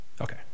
Okay